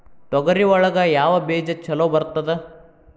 ತೊಗರಿ ಒಳಗ ಯಾವ ಬೇಜ ಛಲೋ ಬರ್ತದ?